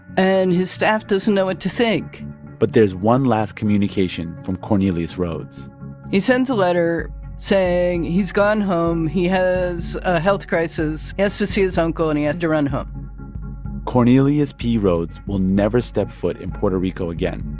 and his staff doesn't know what to think but there's one last communication from cornelius rhoads he sends a letter saying he's gone home. he has a health crisis. he has to see his uncle, and he has to run home cornelius p. rhoads will never step foot in puerto rico again.